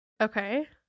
Okay